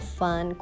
fun